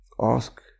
Ask